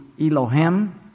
Elohim